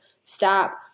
Stop